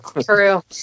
True